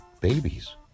babies